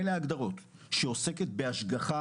שעוסקת בהשגחה,